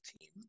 team